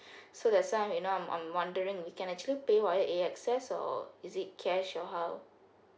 so that's why you know I'm I'm wondering we can actually pay via A_X_S or is it cash or how